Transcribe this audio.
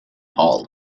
hall